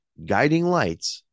guidinglights